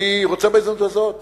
אני רוצה בהזדמנות הזאת